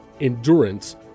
endurance